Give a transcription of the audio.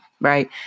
right